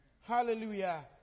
Hallelujah